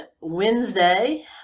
Wednesday